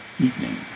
evening